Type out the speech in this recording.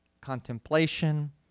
contemplation